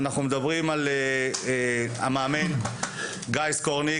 אף אחד לא עושה כלום כי זה בדיוק כמו שאתה אמרת חבר הכנסת סימון,